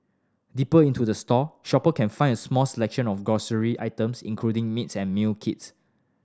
deeper into the store shopper can find a small selection of grocery items including meats and meal kits